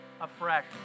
afresh